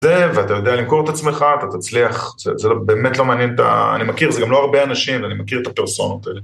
זה ואתה יודע למכור את עצמך, אתה תצליח, זה באמת לא מעניין, אני מכיר, זה גם לא הרבה אנשים ואני מכיר את הפרסונות האלה.